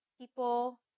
people